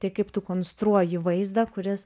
tai kaip tu konstruoji vaizdą kuris